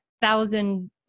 thousand